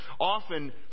Often